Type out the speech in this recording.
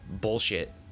bullshit